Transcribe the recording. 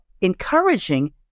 encouraging